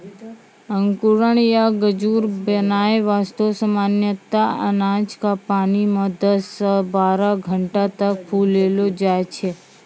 अंकुरण या गजूर बनाय वास्तॅ सामान्यतया अनाज क पानी मॅ दस सॅ बारह घंटा तक फुलैलो जाय छै